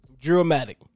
Dramatic